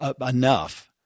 enough